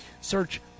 Search